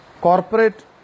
corporate